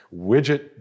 widget